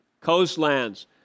Coastlands